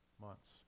months